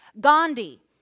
Gandhi